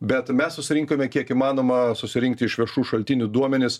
bet mes susirinkome kiek įmanoma susirinkti iš viešų šaltinių duomenis